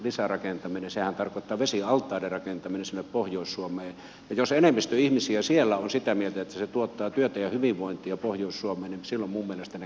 sehän tarkoittaa vesialtaiden rakentamista sinne pohjois suomeen ja jos enemmistö ihmisistä siellä on sitä mieltä että se tuottaa työtä ja hyvinvointia pohjois suomeen niin silloin minun mielestäni ne kannattaa tehdä